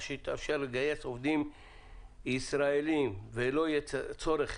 שיתאפשר לגייס עובדים ישראלים ולא יהיה צורך,